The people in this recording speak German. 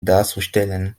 darzustellen